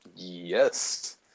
Yes